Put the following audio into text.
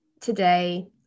today